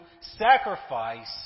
sacrifice